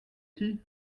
qui